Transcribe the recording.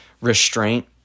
restraint